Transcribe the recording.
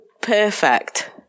perfect